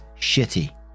shitty